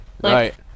Right